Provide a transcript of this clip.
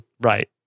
Right